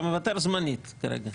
אתה מוותר זמנית כרגע.